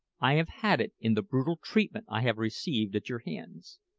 i have had it in the brutal treatment i have received at your hands.